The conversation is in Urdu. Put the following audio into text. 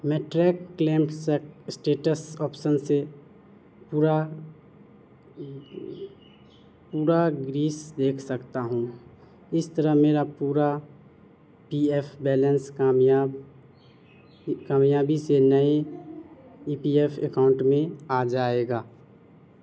میں ٹریک کلیم سٹ اسٹیٹس آپسن سے پورا پورا گریس دیکھ سکتا ہوں اس طرح میرا پورا پی ایف بیلنس کامیاب کامیابی سے نئے ای پی ایف اکاؤنٹ میں آ جائے گا